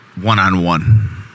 one-on-one